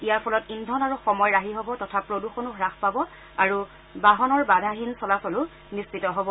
ইয়াৰ ফলত ইন্ধন আৰু সময় ৰাহি হব তথা প্ৰদূষণো হাস পাব আৰু বাহনৰ বাধাহীন চলাচলো নিশ্চিত হব